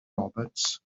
roberts